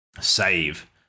save